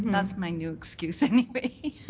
that's my new excuse anyway.